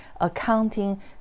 accounting